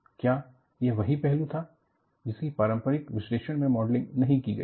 क्या यह वही पहलू था जिसकी पारंपरिक विश्लेषण में मॉडलिंग नहीं की गई थी